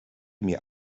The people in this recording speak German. mir